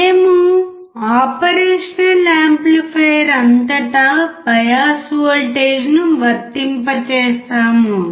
మేము operational amplifier అంతటా bias వోల్టేజ్ను వర్తింపజేస్తాము